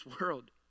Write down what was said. world